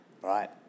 Right